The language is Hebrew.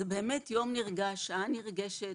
זה באמת יום נרגש, זו שעה נרגשת.